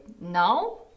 now